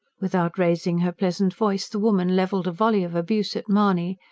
without raising her pleasant voice, the woman levelled a volley of abuse at mahony,